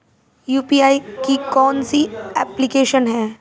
UPI की कौन कौन सी एप्लिकेशन हैं?